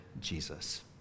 Jesus